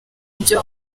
ibyo